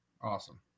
Awesome